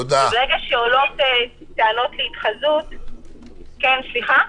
ברגע שעולות טענות התחזות- - תודה.